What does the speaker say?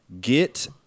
get